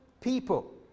people